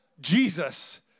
Jesus